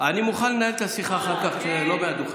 מוכן לנהל את השיחה אחר כך, לא מהדוכן.